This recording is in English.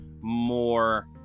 more